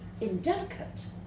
indelicate